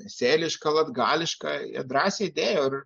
sėliška latgališka jie drąsiai dėjo